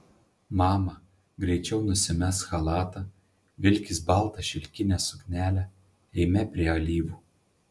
mama greičiau nusimesk chalatą vilkis baltą šilkinę suknelę eime prie alyvų